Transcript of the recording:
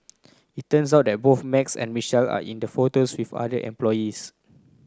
it turns out that both Max and Michelle are in the photos with other employees